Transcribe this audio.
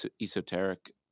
esoteric